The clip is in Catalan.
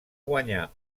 guanyar